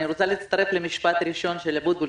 אני רוצה להצטרף למשפט ראשון של אבוטבול,